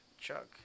Chuck